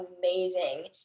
amazing